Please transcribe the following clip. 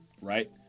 right